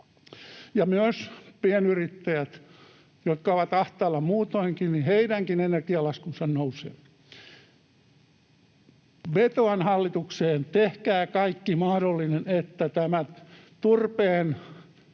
myös pienyrittäjien, jotka ovat ahtaalla muutoinkin, energialasku nousee. Vetoan hallitukseen: tehkää kaikki mahdollinen, että tämä turpeen